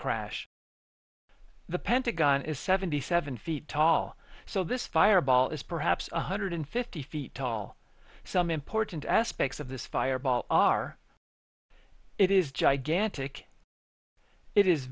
crash the pentagon is seventy seven feet tall so this fireball is perhaps one hundred fifty feet tall some important aspects of this fireball are it is gigantic it is